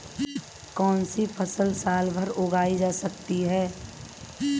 कौनसी फसल साल भर उगाई जा सकती है?